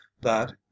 that